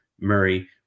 Murray